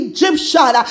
Egyptian